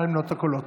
נא למנות את הקולות.